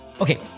Okay